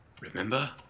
Remember